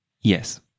Yes